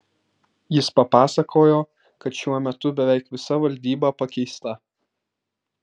jis papasakojo kad šiuo metu beveik visa valdyba pakeista